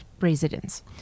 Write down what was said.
residents